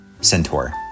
Centaur